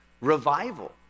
Revival